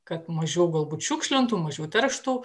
kad mažiau galbūt šiukšlintų mažiau terštų